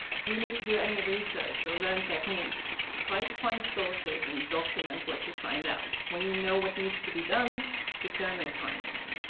do you need to do any research or learn techniques. try to find sources and document what you find out. when you know what needs to be done determine a timeline.